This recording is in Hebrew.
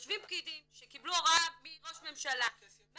יושבים פקידים שקיבלו הוראה מראש ממשלה מה